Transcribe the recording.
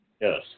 Yes